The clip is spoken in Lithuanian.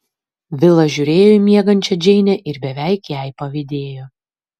vilas žiūrėjo į miegančią džeinę ir beveik jai pavydėjo